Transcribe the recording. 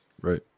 Right